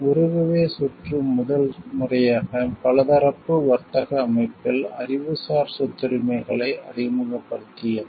Uruguay சுற்று முதல் முறையாக பலதரப்பு வர்த்தக அமைப்பில் அறிவுசார் சொத்துரிமைகளை அறிமுகப்படுத்தியது